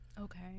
Okay